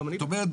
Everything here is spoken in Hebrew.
זאת אומרת,